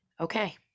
Okay